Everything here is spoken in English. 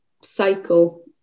cycle